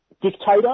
dictator